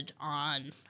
on